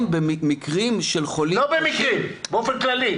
במקרים של חולים -- לא במקרים, באופן כללי.